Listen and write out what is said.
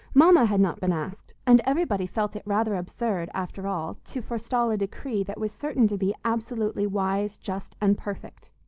mama had not been asked, and everybody felt it rather absurd, after all, to forestall a decree that was certain to be absolutely wise, just and perfect.